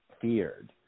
feared